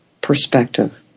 perspective